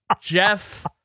Jeff